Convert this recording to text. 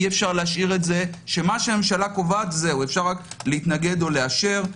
אי אפשר להשאיר את זה שמה שהממשלה קובעת אפשר רק לאשר או להתנגד.